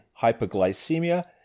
hyperglycemia